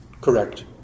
correct